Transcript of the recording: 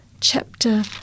chapter